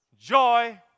joy